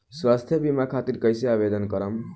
स्वास्थ्य बीमा खातिर कईसे आवेदन करम?